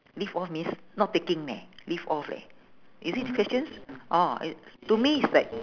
live off means not taking leh live off leh is it the questions ah it's to me is like